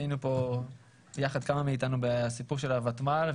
היינו פה יחד כמה מאתנו בסיפור של הוותמ"ל.